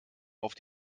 auf